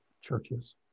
churches